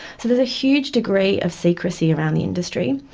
so there's a huge degree of secrecy around the industry.